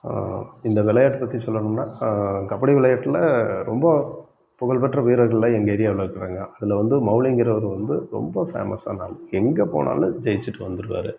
இந்த விளையாட்டு பற்றி சொல்லணும்னால் கபடி விளையாட்டில ரொம்ப புகழ்பெற்ற வீரர்கள்லாம் எங்கள் ஏரியாவில் இருக்கிறாங்க அதில் வந்து மௌலிங்கிறவர் வந்து ரொம்ப ஃபேமஸான ஆள் எங்கே போனாலும் ஜெயிச்சிட்டு வந்துடுவாரு